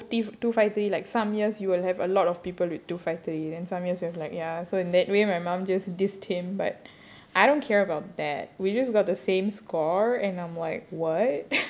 so even though is both te~ two five three like some years you will have a lot of people with two five three then some years you have like ya so in that way my mum just dissed him but I don't care about that we just got the same score and I'm like what